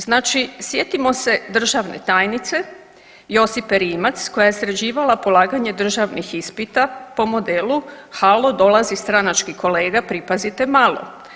Znači sjetimo se državne tajnice Josipe Rimac koja je sređivala polaganje državnih ispita po modelu, halo dolazi mi stranački kolega pripazite malo.